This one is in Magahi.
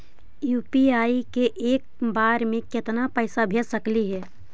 यु.पी.आई से एक बार मे केतना पैसा भेज सकली हे?